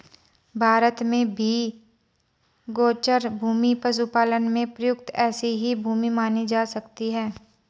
भारत में भी गोचर भूमि पशुपालन में प्रयुक्त ऐसी ही भूमि मानी जा सकती है